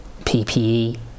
PPE